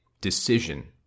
decision